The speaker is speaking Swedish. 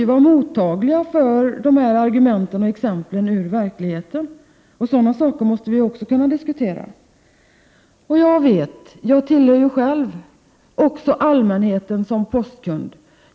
Sådana saker måste vi kunna diskutera. Ni måste vara mottagliga för det argumentet och för exemplen ur verkligheten. Jag tillhör också allmänheten som postkund.